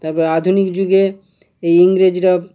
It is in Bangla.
তারপর আধুনিক যুগে এই ইংরেজরা